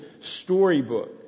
storybook